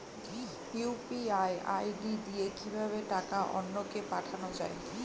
UPI ID দিয়ে কিভাবে টাকা অন্য কে পাঠানো যায়?